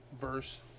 verse